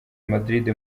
madrid